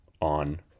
on